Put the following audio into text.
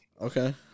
Okay